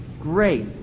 great